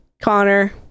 connor